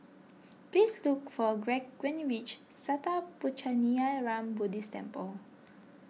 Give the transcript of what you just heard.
please look for Gregg when you reach Sattha Puchaniyaram Buddhist Temple